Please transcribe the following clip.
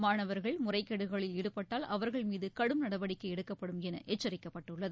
மாணவர்கள் முறைகேடுகளில் ஈடுபட்டால் அவர்கள் மீது கடும் நடவடிக்கை எடுக்கப்படும் என எச்சரிக்கப்பட்டுள்ளது